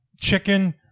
chicken